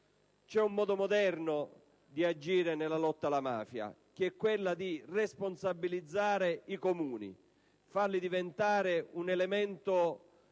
C'è un modo moderno di agire nella lotta alla mafia: responsabilizzare i Comuni, farli diventare un elemento